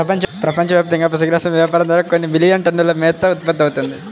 ప్రపంచవ్యాప్తంగా పశుగ్రాసం వ్యాపారం ద్వారా కొన్ని మిలియన్ టన్నుల మేత ఉత్పత్తవుతుంది